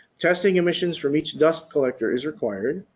testing emissions from each dust collector is required.